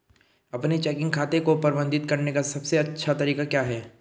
अपने चेकिंग खाते को प्रबंधित करने का सबसे अच्छा तरीका क्या है?